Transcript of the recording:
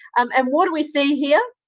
um and what do we see here?